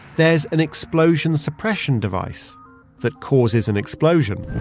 there's an explosion suppression device that causes an explosion